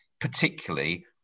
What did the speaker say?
particularly